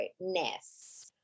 Ness